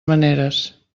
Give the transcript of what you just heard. maneres